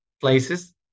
places